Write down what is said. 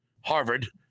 Harvard